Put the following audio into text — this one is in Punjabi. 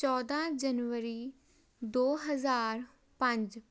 ਚੌਦ੍ਹਾਂ ਜਨਵਰੀ ਦੋ ਹਜ਼ਾਰ ਪੰਜ